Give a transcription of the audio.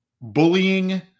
bullying